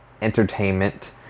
entertainment